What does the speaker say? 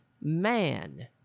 man